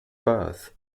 birth